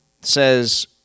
says